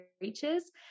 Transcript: reaches